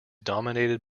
dominated